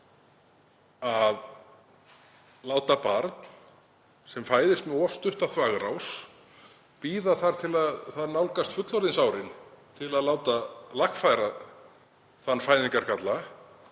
að láta barn sem fæðist með of stutta þvagrás bíða þar til það nálgast fullorðinsárin til að láta lagfæra þann fæðingargalla